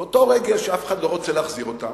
באותו רגע שאף אחד לא רוצה להחזיר אותו,